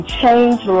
change